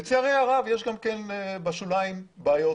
לצערי הרב יש גם בשוליים בעיות